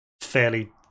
fairly